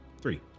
Three